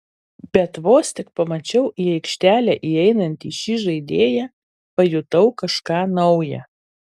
bet vos tik pamačiau į aikštelę įeinantį šį žaidėją pajutau kažką nauja